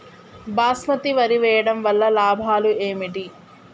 బాస్మతి వరి వేయటం వల్ల లాభాలు ఏమిటి?